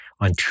on